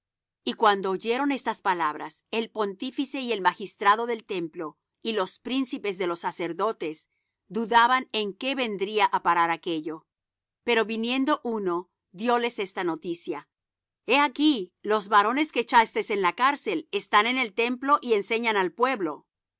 y cuando oyeron estas palabras el pontífice y el magistrado del templo y los príncipes de los sacerdotes dudaban en qué vendría á parar aquello pero viniendo uno dióles esta noticia he aquí los varones que echasteis en la cárcel están en el templo y enseñan al pueblo